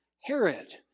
Herod